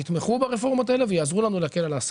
יתמכו ברפורמות האלה ויעזרו לנו להקל על העסקים.